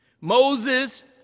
Moses